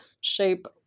shape